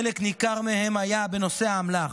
חלק ניכר מהן היה בנושא האמל"ח.